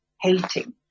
hating